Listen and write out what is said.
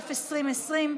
התש"ף 2020,